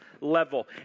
level